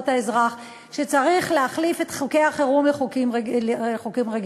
האזרח שצריך להחליף את חוקי החירום לחוקים רגילים,